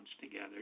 together